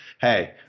hey